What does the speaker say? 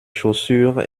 chaussures